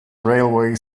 railway